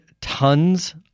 tons